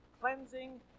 cleansing